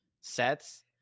sets